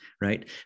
right